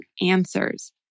answers